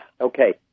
Okay